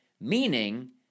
Meaning